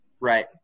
right